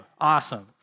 Awesome